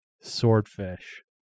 Swordfish